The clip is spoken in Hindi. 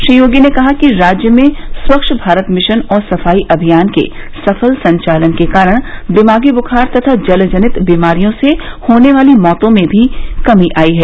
श्री योगी ने कहा कि राज्य में स्वच्छ भारत मिशन और सफाई अमियान के सफल संचालन के कारण दिमागी बुखार तथा जलजनित बीमारियों से होने वाली मौतों में भी कमी आई है